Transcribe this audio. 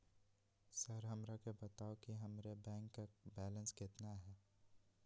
Sir हमरा के बताओ कि हमारे बैंक बैलेंस कितना है?